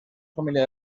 familia